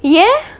ya